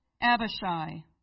Abishai